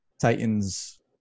titans